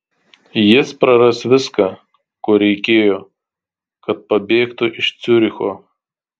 jis praras viską ko reikėjo kad pabėgtų iš ciuricho